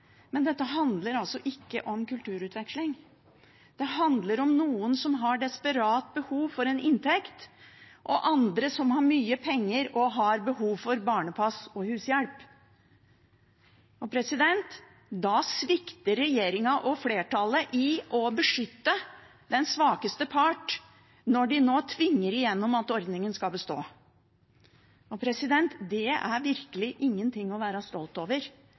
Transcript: men dette handler ikke om kulturutveksling, det handler om noen som har desperat behov for en inntekt, og om andre som har mye penger og behov for barnepass og hushjelp. Da svikter regjeringen og flertallet i å beskytte den svakeste part, når de nå tvinger igjennom at ordningen skal bestå. Det er virkelig ingenting å være stolt over